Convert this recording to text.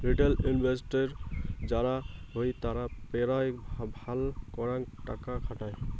retail investor যারা হই তারা পেরায় ফাল করাং টাকা খাটায়